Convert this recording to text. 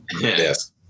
Yes